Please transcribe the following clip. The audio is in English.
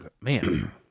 man